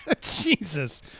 Jesus